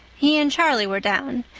he and charlie were down.